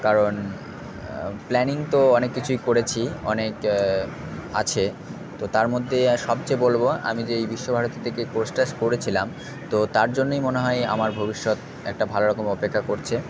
কারণ প্ল্যানিং তো অনেক কিছুই করেছি অনেক আছে তো তার মধ্যে সবচেয়ে বলবো আমি যেই বিশ্বভারতী থেকে কোর্সটা করেছিলাম তো তার জন্যই মনে হয় আমার ভবিষ্যৎ একটা ভালো রকম অপেক্ষা করছে